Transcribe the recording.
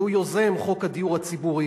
שהוא יוזם חוק הדיור הציבורי.